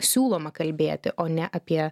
siūloma kalbėti o ne apie